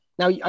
Now